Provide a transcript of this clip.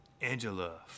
Angela